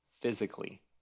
physically